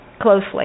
closely